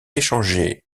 échangé